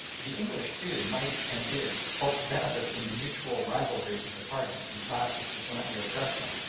the english, too, might, and did, hope to benefit from the mutual rivalries of the parties and classes that jointly oppressed them.